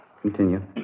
Continue